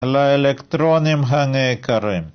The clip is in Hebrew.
לאלקטרונים הנעקרים